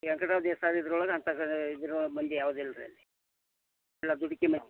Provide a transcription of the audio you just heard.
ವೆಂಕಟ ದೇಸಾಯಿ ಇದ್ರ ಒಳಗೆ ಅಂಥ ಕಡೆ ಇದ್ರೊಳಗ ಮಂದಿ ಯಾವ್ದು ಇಲ್ರಿ ಎಲ್ಲ ದುಡ್ಡು